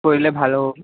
কৰিলে ভাল হ'ব